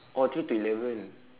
oh three to eleven